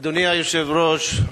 אדוני היושב-ראש,